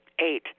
Eight